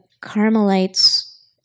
Carmelites